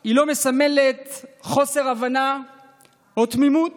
היא לא מסמלת חוסר הבנה או תמימות